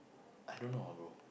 I don't know ah bro